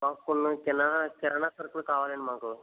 మాకు కొన్ని కినాన కిరాణా సరుకులు కావాలండి మాకు